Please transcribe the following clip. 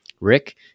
Rick